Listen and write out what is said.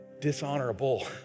dishonorable